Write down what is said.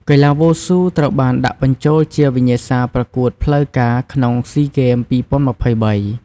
កីឡាវ៉ូស៊ូត្រូវបានដាក់បញ្ចូលជាវិញ្ញាសាប្រកួតផ្លូវការក្នុងស៊ីហ្គេម ២០២៣។